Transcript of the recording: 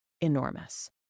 enormous